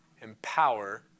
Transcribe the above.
empower